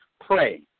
pray